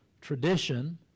tradition